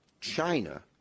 China